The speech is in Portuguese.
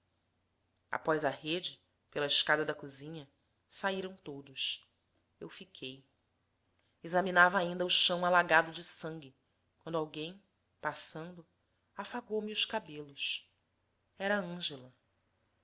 após a rede pela escada da cozinha saíram todos eu fiquei examinava ainda o chão alagado de sangue quando alguém passando afagou me os cabelos era ângela